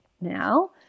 now